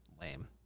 lame